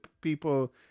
people